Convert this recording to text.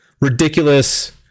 ridiculous